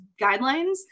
guidelines